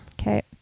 okay